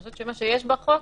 אני חושבת שמה שיש בחוק